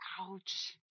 Ouch